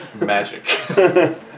Magic